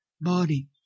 body